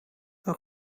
een